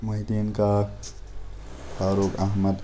Mohi Uddin Kak Farooq Ahmad